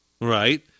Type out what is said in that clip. Right